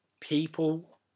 people